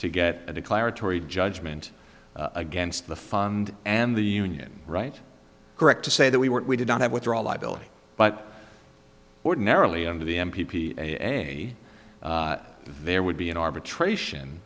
to get a declaratory judgment against the fund and the union right correct to say that we weren't we did not have withdraw liability but ordinarily under the m p p a there would be an arbitration